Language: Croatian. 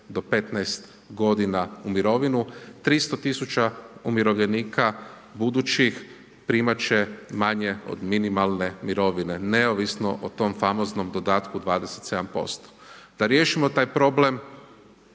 10-15 godina u mirovinu, 300 tisuća umirovljenika budućih primat će manje od minimalne mirovine neovisno o tom famoznom dodatku 27%. Da riješimo taj problem